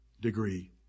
degree